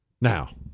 Now